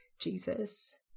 jesus